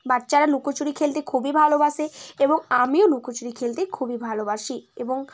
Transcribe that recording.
বাচ্চারা লুকোচুরি খেলতে খুবই ভালোবাসে এবং আমিও লুকোচুরি খেলতে খুবই ভালোবাসি এবং